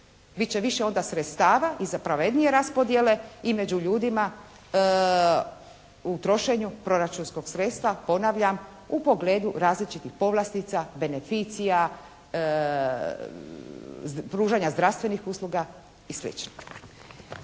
Bit će više onda sredstava i za pravednije raspodjele i među ljudima u trošenju proračunskog sredstva, ponavljam u pogledu različitih povlastica, beneficija, pružanja zdravstvenih usluga i